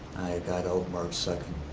got out march second.